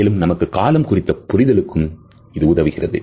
மேலும் நமக்கு காலம் குறித்த புரிதலுக்கு உதவுகிறது